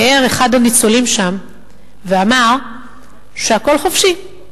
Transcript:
תיאר אחד הניצולים שם ואמר שהכול חופשי,